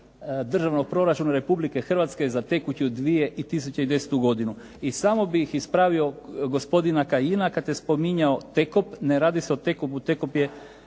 državnog proračuna Republike Hrvatske za tekuću 2010. godinu. I samo bih ispravio gospodina Kajina kad je spominjao Tekop, ne radi se o Tekop. Tekop je